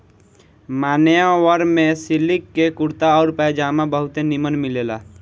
मान्यवर में सिलिक के कुर्ता आउर पयजामा बहुते निमन मिलेला